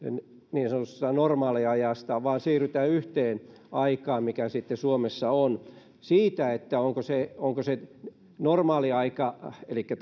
niin sanotusta normaaliajasta ja siirrytään yhteen aikaan mikä sitten suomessa on siitä onko normaaliaika elikkä